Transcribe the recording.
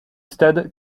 stade